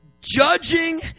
judging